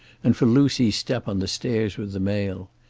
and for lucy's step on the stairs with the mail.